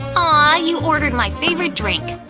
ah you ordered my favorite drink!